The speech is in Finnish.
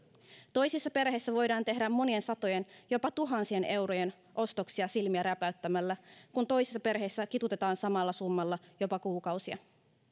toisissa perheissä voidaan tehdä monien satojen jopa tuhansien eurojen ostoksia silmiä räpäyttämällä kun toisissa perheissä kituutetaan samalla summalla jopa kuukausia